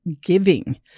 giving